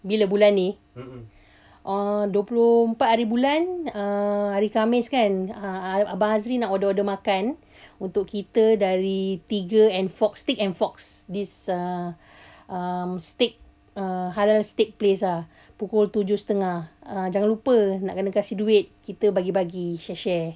bila bulan ni uh dua puluh empat hari bulan uh hari khamis kan abang azri nak order order makan untuk kita dari tiga and fox steak and fox this uh uh steak uh halal steak place ah pukul tujuh setengah jangan lupa kena kasih duit kita bahagi-bahagi share share